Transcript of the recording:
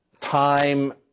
time